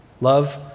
love